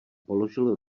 položil